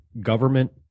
government